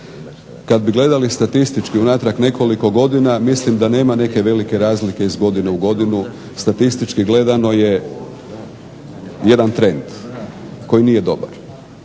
kad bi gledali statistički unatrag nekoliko godina mislim da nema neke velike razlike iz godine u godinu. Statistički gledano je jedan trend koji nije dobar.